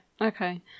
Okay